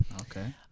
okay